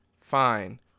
Fine